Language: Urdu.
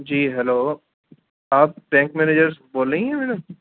جی ہیلو آپ بینک مینیجر بول رہی ہیں میڈم